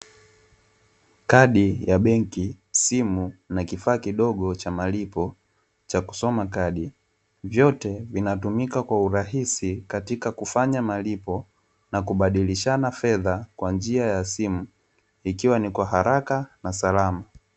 Kadi ya benki simu na kifaa kidogo cha malipo cha kusoma kadi vyote vinatumika kwenye, urahisi kwa kufanya malipo na kubadilishana fedha kwa njia ya simu ikiwa ni kwa haraka na salama.